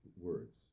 words